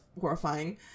horrifying